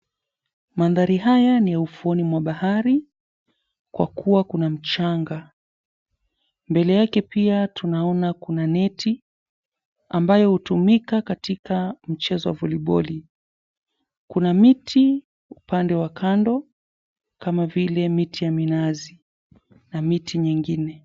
Mandhari haya ni ya ufuoni mwa bahari kwa kuwa kuna mchanga. Mbele yake pia tunaona kuna neti ambayo hutumika katika mchezo wa voliboli. Kuna miti upande wa kando kama vile miti ya minazi na miti nyingine.